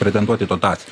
pretenduot į dotaciją